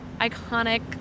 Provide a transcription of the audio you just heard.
iconic